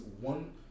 one